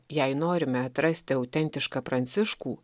jei norime atrasti autentišką pranciškų